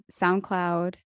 SoundCloud